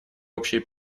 общие